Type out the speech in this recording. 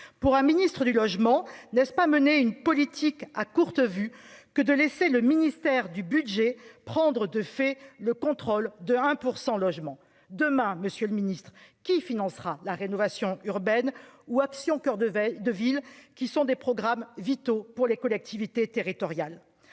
pour un Ministre du logement n'est-ce pas mener une politique à courte vue que de laisser le ministère du Budget prendre de fait le contrôle de 1 % logement demain, Monsieur le Ministre, qui financera la rénovation urbaine ou Action coeur de veille de villes qui sont des programmes vitaux pour les collectivités territoriales,